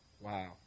Wow